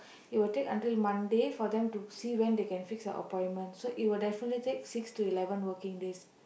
it will take until Monday for them to see when they can fix the appointment so it will definitely take six to eleven working days